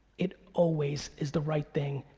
it always is the right thing.